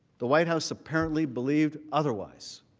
the white house apparently believes otherwise.